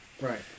Right